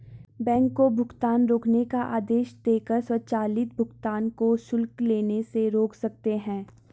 bank को भुगतान रोकने का आदेश देकर स्वचालित भुगतान को शुल्क लेने से रोक सकते हैं